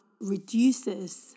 reduces